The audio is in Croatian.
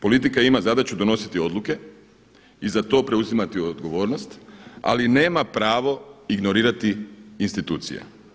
Politika ima zadaću donositi odluke i za to preuzimati odgovornost ali nema pravo ignorirati institucije.